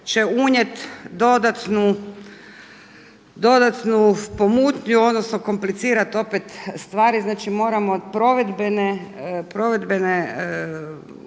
će unijeti dodatnu pomutnju, odnosno komplicirati opet stvari, znači moramo provedbene upute